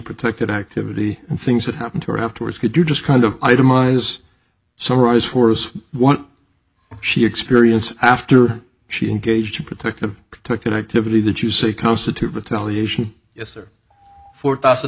protected activity and things that happened to her have towards could you just kind of itemize summarize force what she experienced after she engaged to protect the protected activity that you say constitute a television yes or four thousand